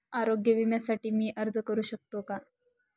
आरोग्य विम्यासाठी मी अर्ज करु शकतो का?